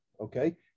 Okay